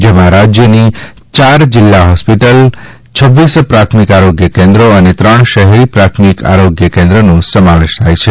જેમાં રાજ્યની યાર જિલ્લા હોસ્પિટલ છવ્વીસ પ્રાથમિક આરોગ્ય કેન્દ્રો અને ત્રણ શહેરી પ્રાથમિક આરોગ્ય કેન્દ્રોનો સમાવેશ થાય છે